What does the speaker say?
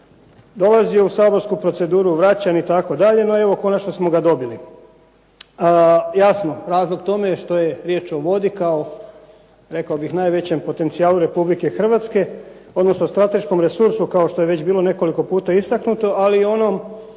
dolazio u saborsku proceduru, vraćan itd., no evo konačno smo ga dobili. Jasno razlog tome je što je riječ o vodi kao rekao bih najvećem potencijalu RH, odnosno strateškom resursu kao što je već bilo nekoliko puta istaknuto, ali i onom